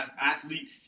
athlete